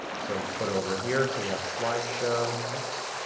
so footer over here. so we have slideshow, oops,